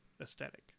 aesthetic